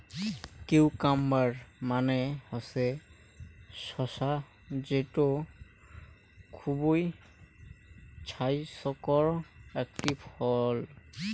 cucumber মানে হসে শসা যেটো খুবই ছাইস্থকর আকটি ফল